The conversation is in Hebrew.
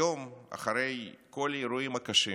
היום, אחרי כל האירועים הקשים